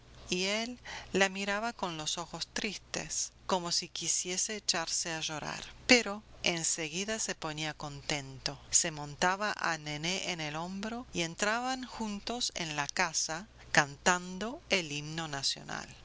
y él la miraba con los ojos tristes como si quisiese echarse a llorar pero enseguida se ponía contento se montaba a nené en el hombro y entraban juntos en la casa cantando el himno nacional